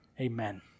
Amen